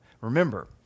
Remember